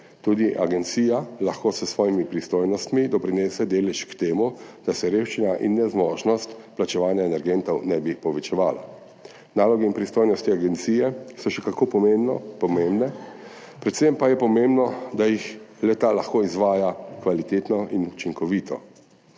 Tudi agencija lahko s svojimi pristojnostmi doprinese delež k temu, da se revščina in nezmožnost plačevanja energentov ne bi povečevala. Naloge in pristojnosti agencije so še kako pomembne, predvsem pa je pomembno, da jih le-ta lahko izvaja kvalitetno in učinkovito.